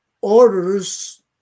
orders